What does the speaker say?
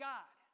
God